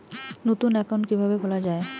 নতুন একাউন্ট কিভাবে খোলা য়ায়?